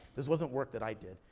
this wasn't work that i did,